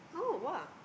oh !wah!